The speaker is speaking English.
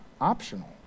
optional